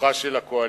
בכוחה של הקואליציה,